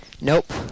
Nope